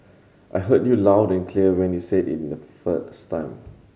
I heard you loud and clear when you said it in the first time